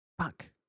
Fuck